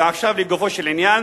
ועכשיו לגופו של עניין,